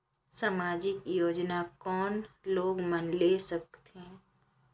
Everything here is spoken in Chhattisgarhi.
समाजिक योजना कोन लोग मन ले सकथे?